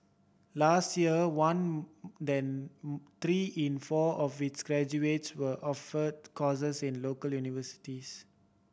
last year one than three in four of its graduates were offered courses in local universities